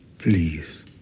Please